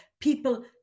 people